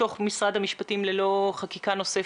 מתוך משרד המשפטים ללא חקיקה נוספת.